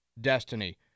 destiny